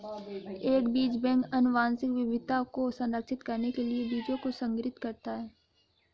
एक बीज बैंक आनुवंशिक विविधता को संरक्षित करने के लिए बीजों को संग्रहीत करता है